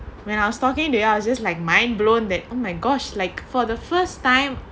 when I was talking to you I was just like mindblown that oh my gosh like for the first time